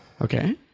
Okay